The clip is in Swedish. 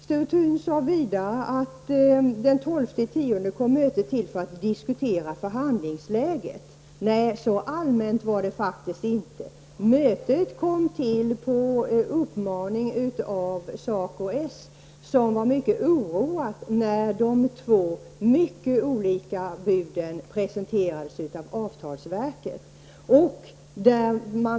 Sture Thun sade vidare att mötet den 12 oktober kom till för att man skulle diskutera förhandlingsläget. Nej, så allmänt var det inte. Mötet kom till på uppmaning av SACO-S, som var mycket oroat när de två mycket olika buden presenterades av avtalsverket.